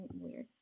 weird